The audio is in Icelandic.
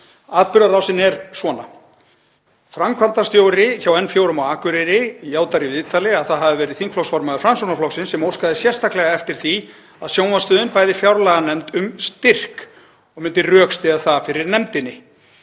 Atburðarásin er svona: Framkvæmdastjóri hjá N4 á Akureyri játar í viðtali að það hafi verið þingflokksformaður Framsóknarflokksins sem óskaði sérstaklega eftir því að sjónvarpsstöðin bæði fjárlaganefnd um styrk og myndi rökstyðja það fyrir nefndinni.